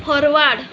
forward